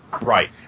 Right